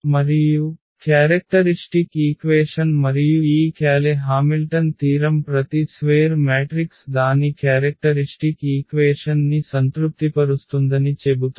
మరియు characteristic equation మరియు ఈ క్యాలె హామిల్టన్ తీరం ప్రతి స్వేర్ మ్యాట్రిక్స్ దాని క్యారెక్టరిష్టిక్ ఈక్వేషన్ ని సంతృప్తిపరుస్తుందని చెబుతుంది